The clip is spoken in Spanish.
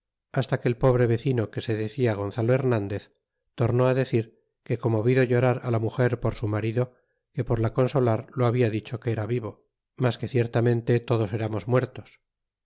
hasta que el pobre vecino que se decia gonzalo hernandez tornó decir que como vido llorar la muger por su marido que por la consolar lo habia dicho que era vivo mas que ciertamente todos eramos muertos